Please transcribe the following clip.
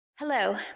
Hello